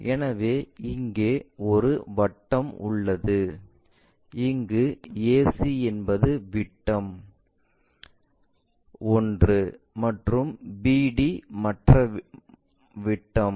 எனவே இங்கே ஒரு வட்டம் உள்ளது அங்கு ac என்பது விட்டம் ஒன்று மற்றும் bd மற்ற விட்டம்